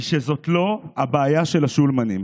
הוא שזאת לא הבעיה של השולמנים.